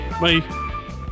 Bye